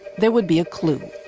there would be a clue.